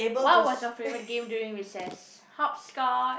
what was your favourite game during recess hopscotch